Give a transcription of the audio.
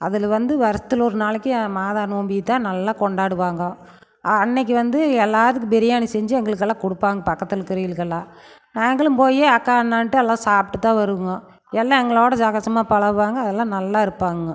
அதில் வந்து வருஷத்தில் ஒரு நாளைக்கு மாதா நோம்பு தான் நல்லா கொண்டாடுவாங்க அன்னிக்கி வந்து எல்லாத்துக்கும் பிரியாணி செஞ்சு எங்களுக்கெல்லாம் கொடுப்பாங் பக்கத்தில் இருக்கிறவீகளுக்கெல்லாம் நாங்களும் போய் அக்கா அண்ணான்ட்டு எல்லாம் சாப்பிட்டு தான் வருவேங்கோ எல்லாம் எங்களோடு சகஜமா பழகுவாங்க அதெல்லாம் நல்லா இருப்பாங்க